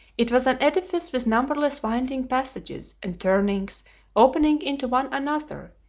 it was an edifice with numberless winding passages and turnings opening into one another,